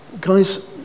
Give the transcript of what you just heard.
guys